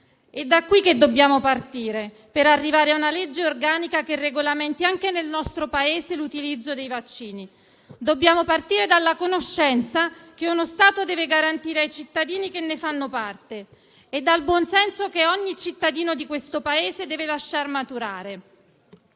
È da qui che dobbiamo partire per arrivare a una legge organica che regolamenti anche nel nostro Paese l'utilizzo di vaccini. Dobbiamo partire dalla conoscenza che uno Stato deve garantire ai cittadini che ne fanno parte e dal buon senso che ogni cittadino di questo Paese deve lasciar maturare